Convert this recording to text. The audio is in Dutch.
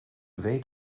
weet